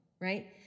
right